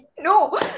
No